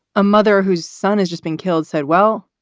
a mother whose son has just been killed said, well,